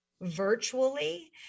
virtually